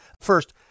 First